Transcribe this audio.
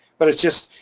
but it's just.